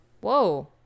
Whoa